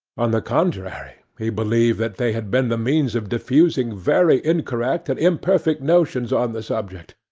on the contrary, he believed that they had been the means of diffusing very incorrect and imperfect notions on the subject.